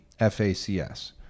FACS